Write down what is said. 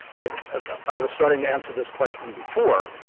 i ah i was starting to answer this question before.